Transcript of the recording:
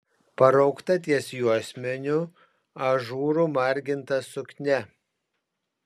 paraukta ties juosmeniu ažūru marginta suknia